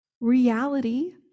reality